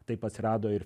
taip atsirado ir